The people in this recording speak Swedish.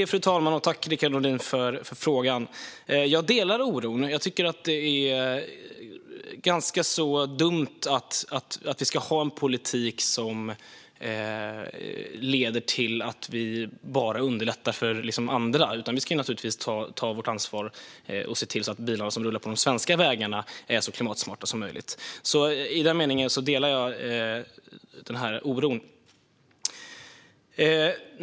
Fru talman! Tack, Rickard Nordin, för frågan! Jag delar oron och tycker att det är ganska dumt att vi har en politik som leder till att vi bara underlättar för andra. Vi ska naturligtvis ta vårt ansvar och se till att de bilar som rullar på de svenska vägarna är så klimatsmarta som möjligt. I den meningen delar jag oron.